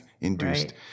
induced